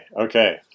okay